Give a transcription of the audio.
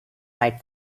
might